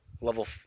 Level